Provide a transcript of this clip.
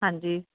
ਹਾਂਜੀ